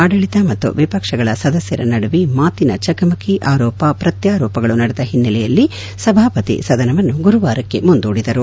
ಆಡಳಿತ ಮತ್ತು ವಿಪಕ್ಷಗಳ ಸದಸ್ಯರ ನಡುವೆ ಮಾತಿನ ಚಕಮಕಿ ಆರೋಪ ಪ್ರತ್ಯಾರೋಪಗಳು ನಡೆದ ಹಿನ್ನೆಲೆಯಲ್ಲಿ ಸಭಾಪತಿ ಪ್ರತಾಪ ಚಂದ್ರಶೆಟ್ಟ ಸದನವನ್ನು ಗುರುವಾರಕ್ಕೆ ಮುಂದೂಡಿದರು